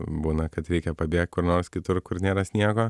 būna kad reikia pabėgt kur nors kitur kur nėra sniego